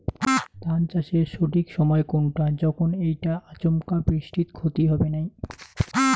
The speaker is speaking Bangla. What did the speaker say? ধান চাষের সঠিক সময় কুনটা যখন এইটা আচমকা বৃষ্টিত ক্ষতি হবে নাই?